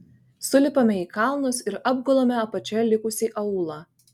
sulipame į kalnus ir apgulame apačioje likusį aūlą